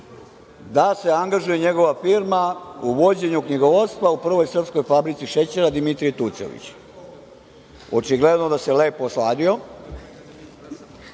da se angažuje njegova firma u vođenju knjigovodstva u Prvoj srpskoj fabrici šećera „Dimitrije Tucović“. Očigledno da se lepo osladio,